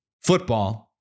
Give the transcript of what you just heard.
football